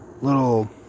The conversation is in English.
little